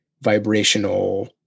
vibrational